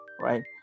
right